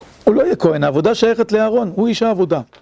הוא לא יהיה כהן, העבודה שייכת לאהרון, הוא איש העבודה.